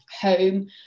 home